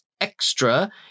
Extra